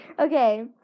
Okay